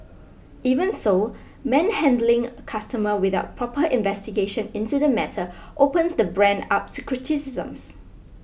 even so manhandling a customer without proper investigation into the matter opens the brand up to criticisms